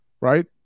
right